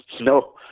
no